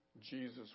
Jesus